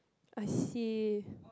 I see